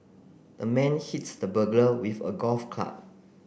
the man hits the burglar with a golf club